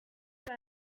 este